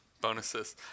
bonuses